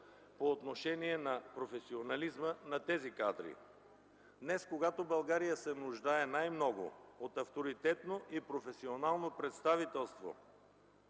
по отношение на професионализма на тези кадри. Днес, когато България се нуждае най-много от авторитетно професионално представителство